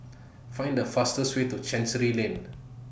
Find The fastest Way to Chancery Lane